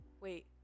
wait